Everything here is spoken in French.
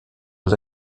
aux